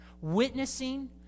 witnessing